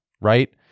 right